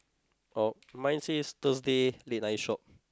oh mine says Thursday late night shop